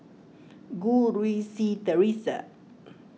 Goh Rui Si theresa